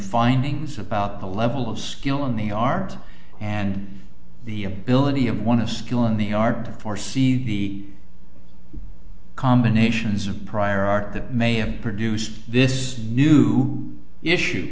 findings about the level of skill in the art and the ability of want to skill in the art for see the combinations of prior art that may have produced this new issue